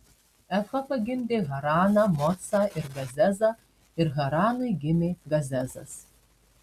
efa pagimdė haraną mocą ir gazezą ir haranui gimė gazezas